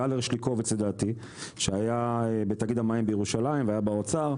גל הרשליקוביץ לדעתי שהיה בתאגיד המים בירושלים והיה באוצר,